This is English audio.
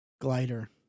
glider